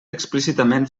explícitament